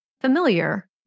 familiar